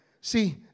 See